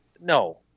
No